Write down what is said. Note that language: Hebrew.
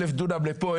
אלף דונם לפה,